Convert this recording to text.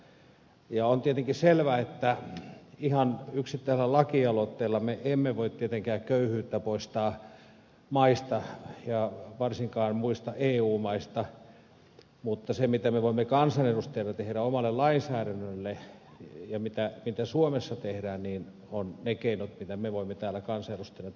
on tietenkin selvää että ihan yksittäisellä lakialoitteella me emme voi tietenkään köyhyyttä poistaa maista ja varsinkaan muista eu maista mutta se mitä me voimme kansanedustajana tehdä omalle lainsäädännöllemme ja mitä suomessa voidaan tehdään on käyttää niitä keinoja mitä me voimme täällä kansanedustajana tehdä